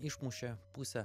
išmušė pusę